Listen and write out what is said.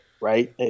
right